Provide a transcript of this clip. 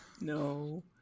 No